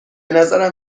نظرم